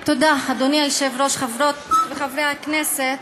תודה, אדוני היושב-ראש, חברות וחברי הכנסת,